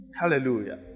Hallelujah